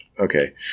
Okay